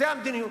זו המדיניות.